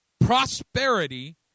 Prosperity